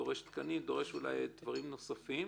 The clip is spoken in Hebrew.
דורש תקנים, אולי דורש דברים נוספים.